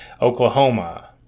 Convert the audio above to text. Oklahoma